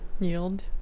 yield